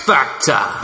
Factor